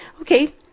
Okay